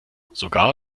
sogar